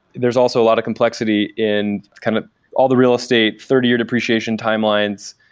there is also a lot of complexity in kind of all the real estate, thirty year depreciation timelines,